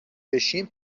بشیم